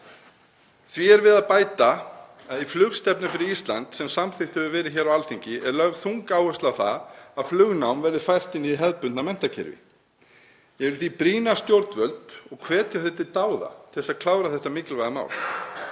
Því er við að bæta að í flugstefnu fyrir Ísland, sem samþykkt hefur verið á Alþingi, er lögð þung áhersla á það að flugnám verði fært inn í hið hefðbundna menntakerfi. Ég vil því brýna stjórnvöld og hvetja þau til dáða að klára þetta mikilvæga mál.